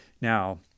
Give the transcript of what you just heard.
Now